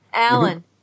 Alan